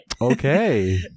Okay